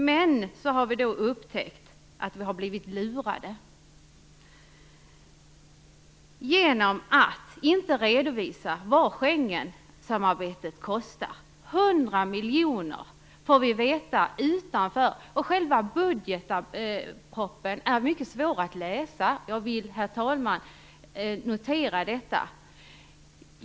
Men vi har upptäckt att vi har blivit lurade genom att regeringen inte har redovisat vad Schengensamarbetet kostar. Vi får veta utanför förslaget att det kostar 100 miljoner. Själva budgetpropositionen är mycket svår att läsa. Jag vill, herr talman, att vi noterar detta.